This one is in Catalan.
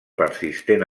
persistent